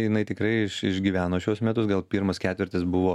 jinai tikrai iš išgyveno šiuos metus gal pirmas ketvirtis buvo